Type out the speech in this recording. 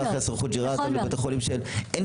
סיפר לך יאסר חוג'יראת בתי חולים שאליהם אין